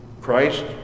Christ